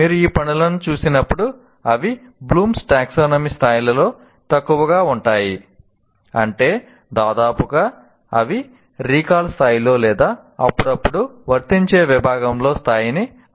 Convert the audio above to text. మీరు ఈ పనులను చూసినప్పుడు అవి బ్లూమ్స్ టాక్సానమీ స్థాయిలలో తక్కువగా ఉంటాయి అంటే దాదాపుగా అవి రీకాల్ స్థాయిలో లేదా అప్పుడప్పుడు వర్తించే విభాగంలో స్థాయిని అమలు చేస్తాయి